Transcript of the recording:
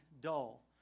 dull